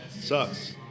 Sucks